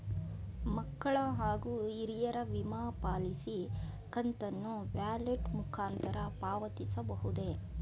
ಮಕ್ಕಳ ಹಾಗೂ ಹಿರಿಯರ ವಿಮಾ ಪಾಲಿಸಿ ಕಂತನ್ನು ವ್ಯಾಲೆಟ್ ಮುಖಾಂತರ ಪಾವತಿಸಬಹುದೇ?